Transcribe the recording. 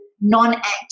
non-active